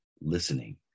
listening